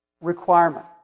requirement